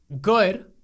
good